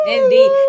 Indeed